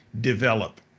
develop